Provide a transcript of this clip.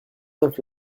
neuf